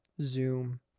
Zoom